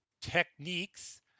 techniques